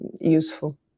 useful